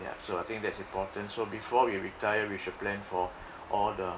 ya so I think that's important so before we retire we should plan for all the